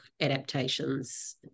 adaptations